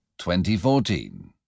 2014